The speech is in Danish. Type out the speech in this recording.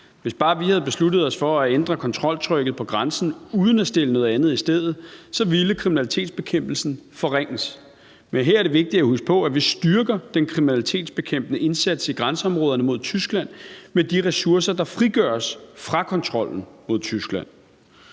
Hvis bare vi havde besluttet os for at ændre kontroltrykket på grænsen uden at stille noget andet i stedet, ville kriminalitetsbekæmpelsen forringes, men her er det vigtigt at huske på, at vi styrker den kriminalitetsbekæmpende indsats i grænseområderne mod Tyskland med de ressourcer, der frigøres fra kontrollen mod Tyskland.